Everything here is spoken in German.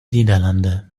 niederlande